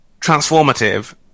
transformative